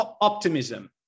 optimism